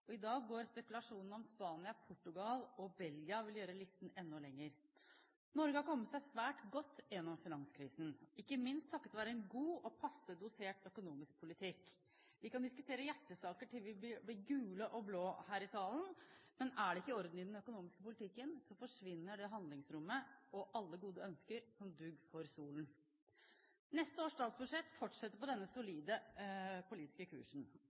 Og i dag går spekulasjonene om Spania, Portugal og Belgia vil gjøre listen enda lengre. Norge har kommet seg svært godt gjennom finanskrisen, ikke minst takket være en god og passe dosert økonomisk politikk. Vi kan diskutere hjertesaker til vi blir gule og blå her i salen, men er det ikke orden i den økonomiske politikken, forsvinner det handlingsrommet og alle gode ønsker som dugg for solen. Neste års statsbudsjett fortsetter på denne solide politiske kursen.